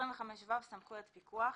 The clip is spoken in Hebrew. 25ו.סמכויות פיקוח